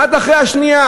האחד אחרי השני.